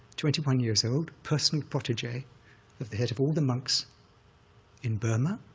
twenty one years old, personal protege of the head of all the monks in burma,